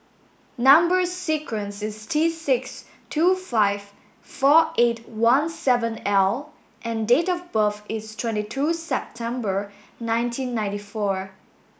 number sequence is T six two five four eight one seven L and date of birth is twenty two September nineteen ninety four